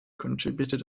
contributed